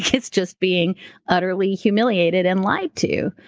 it's just being utterly humiliated and lied to.